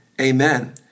Amen